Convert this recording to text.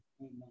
Amen